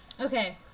Okay